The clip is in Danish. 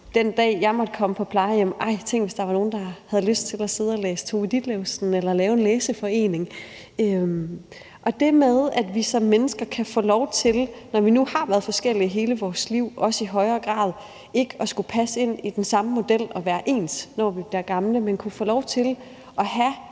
den dag jeg måtte komme på plejehjem, at der vil være nogen, der har lyst til at sidde og læse Tove Ditlevsen eller lave en læseforening. Og det med, at vi som mennesker, når nu vi har været forskellige hele vores liv, også kunne få lov til i højere grad ikke at skulle passe ind i den samme model og være ens, når vi bliver gamle, men kunne få lov til at have